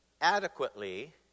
adequately